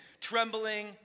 trembling